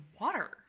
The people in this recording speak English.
water